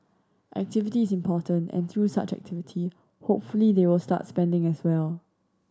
activity is important and through such activity hopefully they will start spending as well